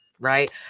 Right